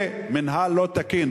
זה מינהל לא תקין.